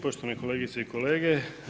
Poštovani kolegice i kolege.